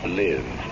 live